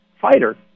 fighter